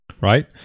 right